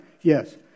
Yes